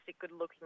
good-looking